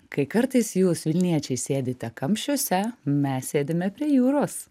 kai kartais jūs vilniečiai sėdite kamščiuose mes sėdime prie jūros